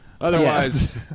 Otherwise